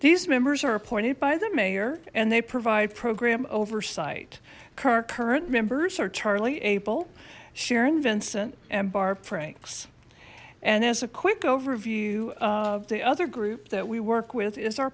members are appointed by the mayor and they provide program oversight kar current members are charlie abel sharon vincent and barb franks and as a quick overview of the other group that we work with is our